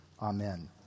Amen